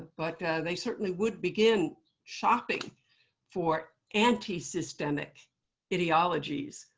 but they certainly would begin shopping for anti-systemic ideologies,